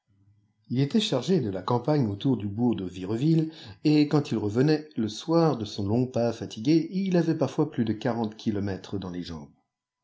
ii était chargé de la campagne autour du bourg de vireville et quand il revenait le soir de son long pas fatigué il avait parfois plus de quarante kilomètres dans les